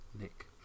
Nick